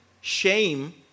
Shame